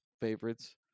favorites